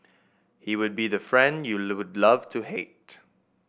he would be the friend you would love to hate